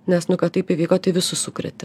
nes nu kad taip įvyko tai visus sukrėtė